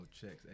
checks